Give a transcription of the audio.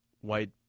white